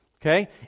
okay